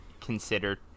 consider